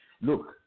Look